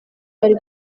ari